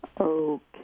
Okay